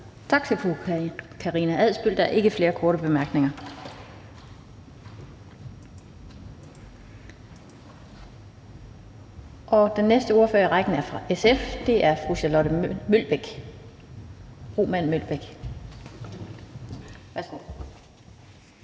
Tak til fru Karina Adsbøl. Der er ikke flere korte bemærkninger. Den næste ordfører i rækken er fra SF, og det er fru Charlotte Broman Mølbæk. Værsgo.